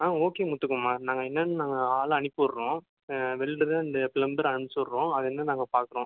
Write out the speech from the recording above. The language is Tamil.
ஆ ஓகே முத்துக்குமார் நாங்கள் என்னென்னு நாங்கள் ஆள் அனுப்பிவிட்றோம் வெல்டரு இந்த பிளம்பர் அனுப்ச்சிவிட்றோம் அது என்னென்னு நாங்கள் பார்க்குறோம்